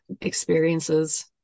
experiences